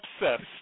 obsessed